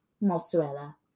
mozzarella